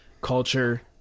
culture